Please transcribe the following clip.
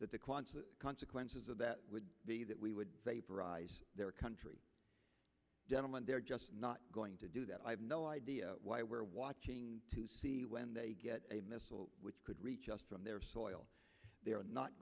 that the quantum consequences of that would be that we would say prize their country gentleman they're just not going to do that i have no idea why we're watching to see when they get a missile which could reach us from their soil they are not